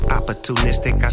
Opportunistic